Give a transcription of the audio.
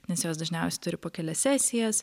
nes jos dažniausiai turi po kelias sijas